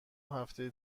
هفته